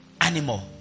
animal